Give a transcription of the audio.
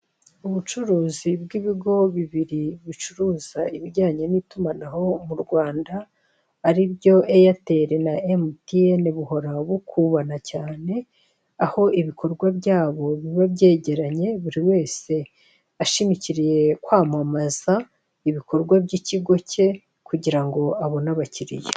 Ubucuruzi rw'ibigo bibiri bicuruza ibijyanye n'itumanaho mu Rwanda aribyo eyateri na emutiyene, bihora bikubana cyane aho ibikorwa byabo biba byegeranye, buri wese ashimukiriye kwamamaza ibikorwa by'ikigo cye kugira ngo abone abakiliya.